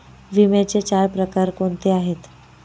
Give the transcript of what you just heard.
विम्याचे चार प्रकार कोणते आहेत?